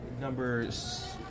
numbers